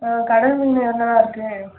கடல் மீனில் என்னெல்லாம் இருக்குது